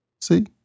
See